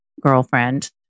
girlfriend